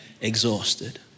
exhausted